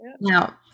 Now